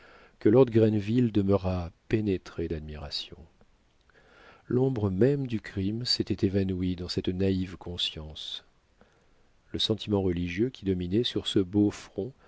que lord grenville demeura pénétré d'admiration l'ombre même du crime s'était évanouie dans cette naïve conscience le sentiment religieux qui dominait sur ce beau front